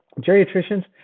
Geriatricians